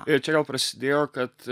ir čia gal prasidėjo kad